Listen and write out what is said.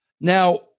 Now